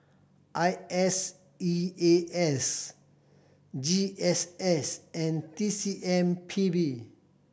I S E A S G S S and T C M P B